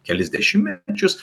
kelis dešimtmečius